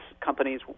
companies